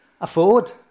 Afford